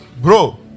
bro